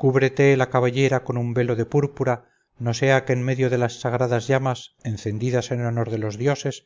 cúbrete la cabellera con un velo de púrpura no sea que en medio de las sagradas llamas encendidas en honor de los dioses